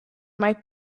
might